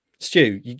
Stu